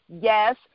Yes